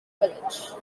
village